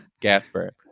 Gasper